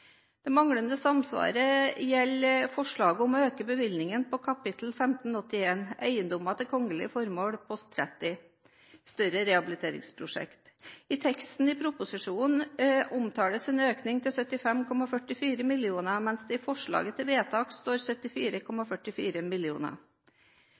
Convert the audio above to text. Det manglende samsvaret gjelder forslaget om å øke bevilgningen på kap. 1581 Eiendommer til kongelige formål post 30 Større rehabiliteringsprosjekter. I teksten i proposisjonen omtales en økning til 75,44 mill. kr, mens det i forslaget til vedtak står